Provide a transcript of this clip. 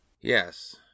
Yes